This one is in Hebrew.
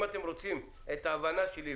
אם אתם רוצים את ההבנה שלי,